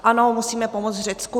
Ano, musíme pomoct Řecku.